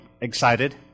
excited